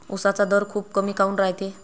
उसाचा दर खूप कमी काऊन रायते?